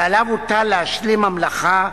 ועליו הוטל להשלים המלאכה,